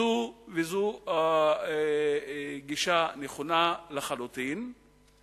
זו גישה נכונה לחלוטין.